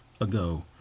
ago